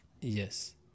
Yes